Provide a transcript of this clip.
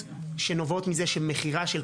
שלי.